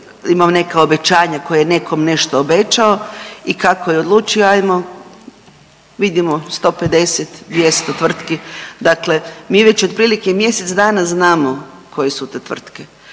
ima neka obećanja koja je nekom nešto obećao i kako je odlučio ajmo vidimo 150-200 tvrtki, dakle mi već otprilike mjesec dana znamo koje su to tvrtke